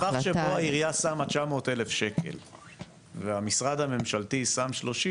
מבין שפה העירייה שמה 900 אלף שקל והמשרד הממשלתי שם 30,